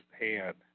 hand